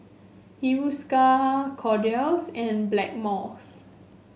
Hiruscar Kordel's and Blackmores